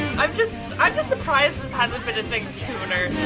i'm just i'm just surprised this hasn't been a thing sooner.